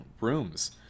rooms